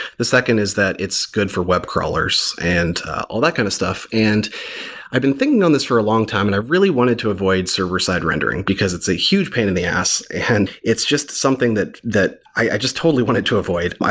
the second is that it's good for web crawlers and all that kind of stuff. and i've been thinking on this for a long time and i really wanted to avoid server-side rendering, because it's a huge pain in the ass and it's just something that that i just totally wanted to avoid.